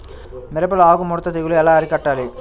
మిరపలో ఆకు ముడత తెగులు ఎలా అరికట్టాలి?